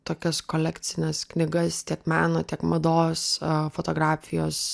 tokias kolekcines knygas tiek meno tiek mados fotografijos